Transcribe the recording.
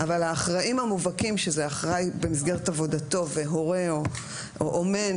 אבל האחראים המובהקים שאלה אחראי במסגרת עבודתו והורה או אומן